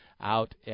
out